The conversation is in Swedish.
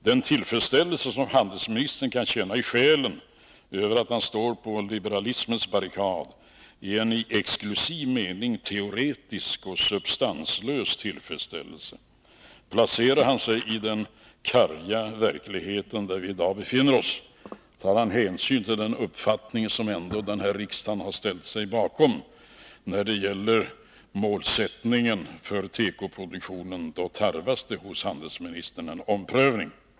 Den tillfredsställelse som handelsministern kan känna i själen över att han står på liberalismens barrikad är en i exklusiv mening teoretisk och substanslös tillfredsställelse. Placerar han sig i den karga verklighet där vi i dag befinner oss, tar han hänsyn till den uppfattning som denna riksdag ändå har ställt sig bakom när det gäller målsättningen för tekoproduktionen, då tarvas det en omprövning hos handelsministern.